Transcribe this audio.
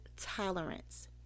tolerance